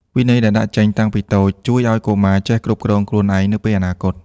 វិន័យដែលដាក់ចេញតាំងពីតូច ជួយឱ្យកុមារចេះគ្រប់គ្រងខ្លួនឯងនៅពេលអនាគត។